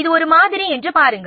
இது ஒரு மாதிரி என்று பாருங்கள்